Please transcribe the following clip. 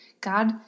God